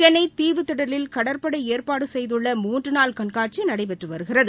சென்னை தீவுத்திடலில் கடற்படை ஏற்பாடு செய்துள்ள மூன்று நாள் கண்காட்சி நடைபெற்று வருகிறது